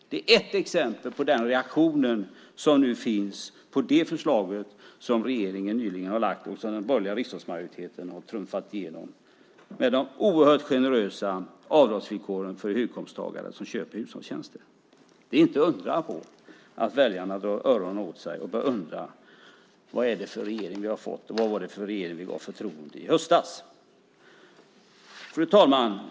Det är ett exempel på den reaktion som nu finns på det förslag som regeringen nyligen har lagt fram och som den borgerliga riksdagsmajoriteten har trumfat igenom. Det är fråga om oerhört generösa avdragsvillkor för höginkomsttagare som köper hushållstjänster. Det är inte att undra på att väljarna drar öronen åt sig och börjar undra vad det är för regering vi har fått och vad det var för regering vi gav förtroende i höstas. Fru talman!